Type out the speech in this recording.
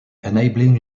enabling